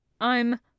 I'm